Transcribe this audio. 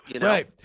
Right